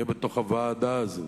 יהיה בתוך הוועדה הזאת.